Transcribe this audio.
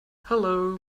hello